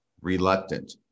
reluctant